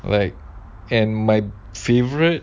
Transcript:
like and my favourite